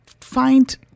find